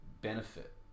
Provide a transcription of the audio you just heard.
benefit